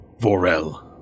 Vorel